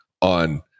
on